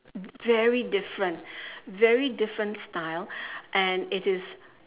very different very different style and it is